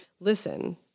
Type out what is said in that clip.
Listen